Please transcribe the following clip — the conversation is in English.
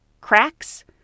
cracks